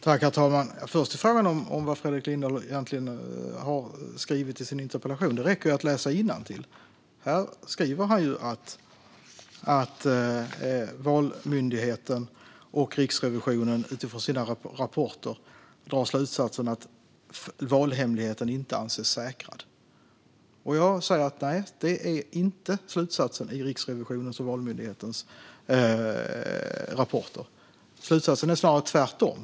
Herr talman! Jag börjar med frågan om vad Fredrik Lindahl egentligen har skrivit i sin interpellation. Det räcker ju att läsa innantill - här skriver han att Valmyndigheten och Riksrevisionen i sina rapporter drar slutsatsen att valhemligheten inte anses säkrad. Jag säger att detta inte är slutsatsen i Riksrevisionens och Valmyndighetens rapporter. Slutsatsen är snarare tvärtom.